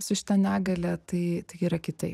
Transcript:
su šita negalia tai tai yra kitaip